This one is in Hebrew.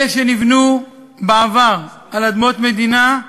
אלה שנבנו בעבר על אדמות מדינה,